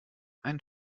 ein